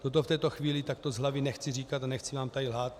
Toto v této chvíli takto z hlavy nechci říkat a nechci vám tady lhát.